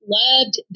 loved